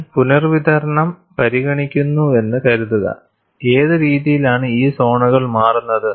ഞാൻ പുനർവിതരണം പരിഗണിക്കുന്നുവെന്ന് കരുതുക ഏത് രീതിയിലാണ് ഈ സോണുകൾ മാറുന്നത്